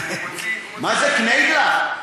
מה זה קניידלך,